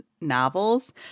novels